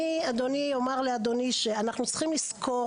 אני אומר לאדוני שאנחנו צריכים לזכור